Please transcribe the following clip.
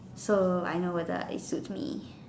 so I know whether it suits me